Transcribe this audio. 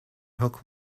hook